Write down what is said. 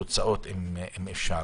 לתוצאות, אם אפשר.